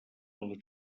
dels